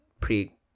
pre